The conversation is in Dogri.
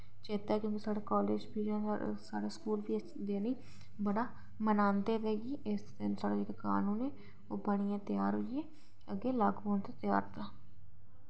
चेता ऐ कि साढ़े कॉलेज़ बी साढ़े स्कूल बी इस दिन गी बड़ा मनांदे ते इस दिन जेह्ड़ा कानून ऐ ओह् बनियै त्यार होइयै अग्गै लागू होआ